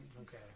okay